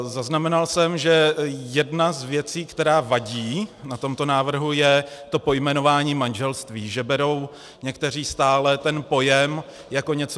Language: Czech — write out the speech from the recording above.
Zaznamenal jsem, že jedna z věcí, která vadí na tomto návrhu, je to pojmenování manželství, že berou někteří stále ten pojem jako něco jiného.